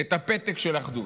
את הפתק של אחדות.